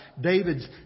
David's